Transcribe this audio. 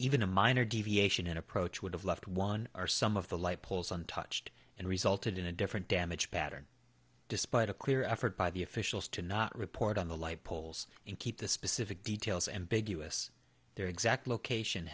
even a minor deviation in approach would have left one or some of the light poles untouched and resulted in a different damage pattern despite a clear effort by the officials to not report on the light poles and keep the specific details ambiguous their exact location